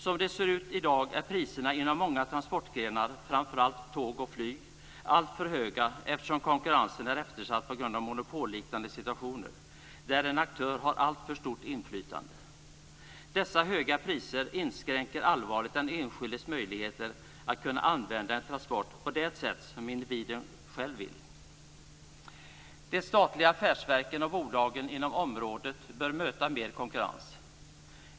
Som det ser ut i dag är priserna inom många transportgrenar, framför allt tåg och flyg, alltför höga eftersom konkurrensen är eftersatt på grund av monopolliknande situationer där en aktör har alltför stort inflytande. Dessa höga priser inskränker allvarligt den enskildes möjligheter att använda en transport på det sätt som individen själv vill. De statliga affärsverken och bolagen inom området bör möta mer konkurrens.